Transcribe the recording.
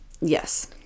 yes